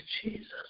Jesus